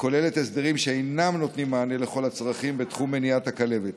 וכוללת הסדרים שאינם נותנים מענה לכל הצרכים בתחום מניעת הכלבת.